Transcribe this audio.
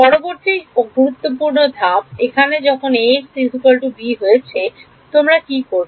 পরবর্তী গুরুত্বপূর্ণ ধাপ একবার যখন Axb হয়েছে তোমরা কি করবে